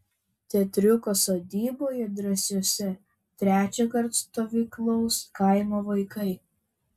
teatriuko sodyboje drąsiuose trečiąkart stovyklaus kaimo vaikai